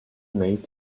made